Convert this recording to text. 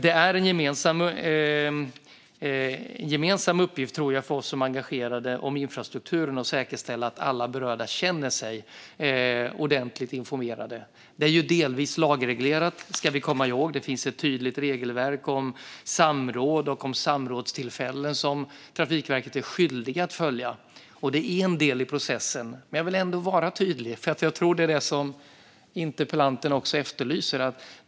Det är en gemensam uppgift för oss som är engagerade i infrastrukturen att säkerställa att alla berörda känner sig ordentligt informerade. Vi ska komma ihåg att det delvis är lagreglerat. Det finns ett tydligt regelverk om samråd och samrådstillfällen som Trafikverket är skyldigt att följa. Det är en del i processen. Men jag vill ändå vara tydlig, för jag tror att det är vad interpellanten efterlyser.